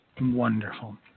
Wonderful